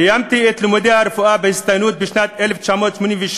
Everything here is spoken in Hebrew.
סיימתי את לימודי הרפואה בהצטיינות בשנת 1986,